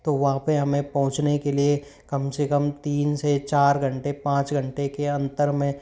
तो वहाँ पे हमें पहुँचने के लिए कम से कम तीन से चार घंटे पाँच घंटे के अंतर में